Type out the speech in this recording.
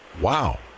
Wow